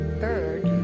bird